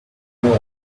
know